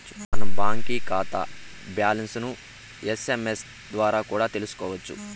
మన బాంకీ కాతా బ్యాలన్స్లను ఎస్.ఎమ్.ఎస్ ద్వారా కూడా తెల్సుకోవచ్చు